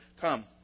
Come